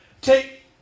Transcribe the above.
Take